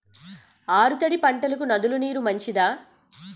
ఆరు తడి పంటలకు నదుల నీరు మంచిదా?